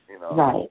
Right